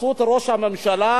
בחסות ראש הממשלה,